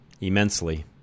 immensely